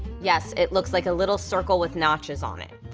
yes, it looks like a little circle with notches on it.